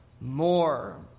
more